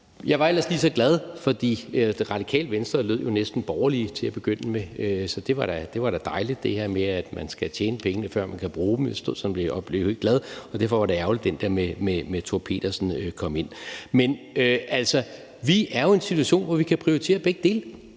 Jeg var ellers lige så glad, fordi Radikale Venstre jo næsten lød borgerlige til at begynde med. Det her med, at man skal tjene pengene, før man kan bruge dem, var da dejligt at høre. Jeg stod sådan og blev helt glad, og derfor var det ærgerligt, at den der med Thor Pedersen kom ind. Men altså, vi er jo i en situation, hvor vi kan prioritere begge dele.